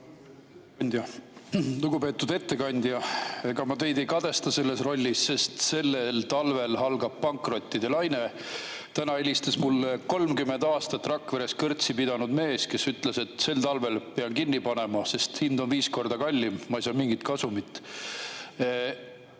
Lugupeetud ettekandja! Ega ma teid ei kadesta selles rollis, sest sellel talvel algab pankrottide laine. Täna helistas mulle 30 aastat Rakveres kõrtsi pidanud mees, kes ütles, et sel talvel pean kinni panema, sest hind on viis korda kallim, ma ei saa mingit kasumit.